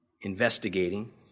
investigating